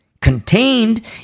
contained